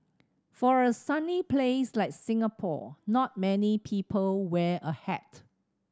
for a sunny place like Singapore not many people wear a hat